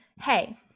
hey